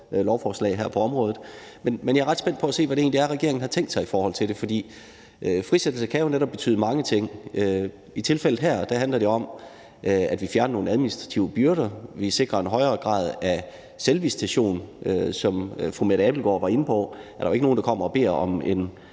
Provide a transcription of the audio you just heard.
lovforslag på området – og hvad man har tænkt sig, for frisættelse kan jo netop betyde mange ting. I tilfældet her handler det om, at vi fjerner nogle administrative byrder, og at vi sikrer en højere grad af selvvisitation. Som fru Mette Abildgaard var inde på, er der jo ikke nogen, der kommer og beder om en